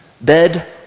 Bed